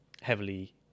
heavily